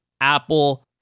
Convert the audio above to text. Apple